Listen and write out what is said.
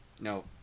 No